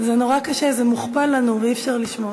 זה נורא קשה, זה מוכפל לנו ואי-אפשר לשמוע.